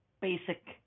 basic